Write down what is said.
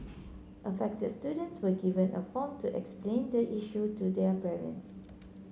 affected students were given a form to explain the issue to their parents